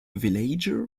villager